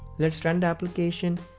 lets run the application,